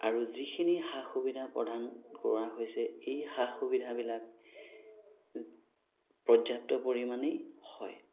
আৰু যিখিনি সা সুবিধা প্ৰদান কৰা হৈছে এই সা সুবিধাবিলাক পৰ্যাপ্ত পৰিমাণে হয়